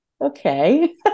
Okay